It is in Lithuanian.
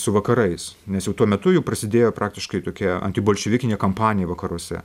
su vakarais nes jau tuo metu jau prasidėjo praktiškai tokia anti bolševikinė kampanija vakaruose